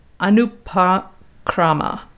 anupakrama